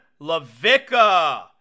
Lavica